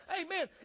Amen